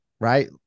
right